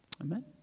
Amen